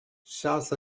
south